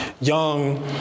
young